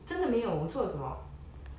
真的没有我做了什么